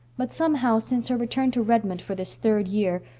but, somehow, since her return to redmond for this third year,